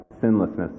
sinlessness